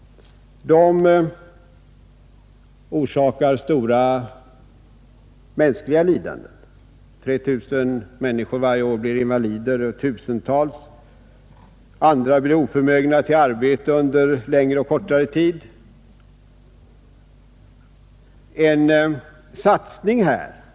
De orsakar stora mänskliga lidanden. Tretusen människor blir invalider varje år, tusentals andra blir oförmögna till arbete under längre eller kortare tid och 1 300 dör på vägarna.